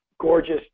gorgeous